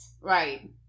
Right